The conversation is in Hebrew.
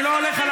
זה לא היה בסדר.